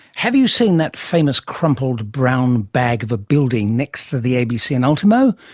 have you seen that famous crumpled brown bag of a building next to the abc in ultimo?